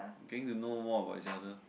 getting to know more about each other